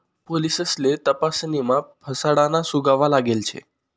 पोलिससले तपासणीमा फसाडाना सुगावा लागेल शे